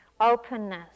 openness